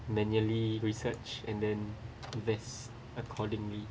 manually research and then invest accordingly